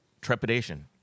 trepidation